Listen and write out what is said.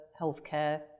healthcare